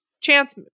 chance